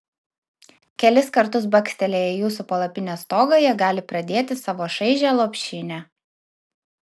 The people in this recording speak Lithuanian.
kelis kartus bakstelėję į jūsų palapinės stogą jie gali pradėti savo šaižią lopšinę